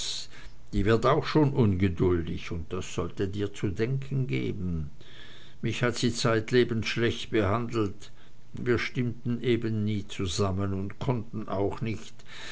die wird auch schon ungeduldig und das sollte dir zu denken geben mich hat sie zeitlebens schlecht behandelt wir stimmten eben nie zusammen und konnten auch nicht